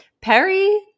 Perry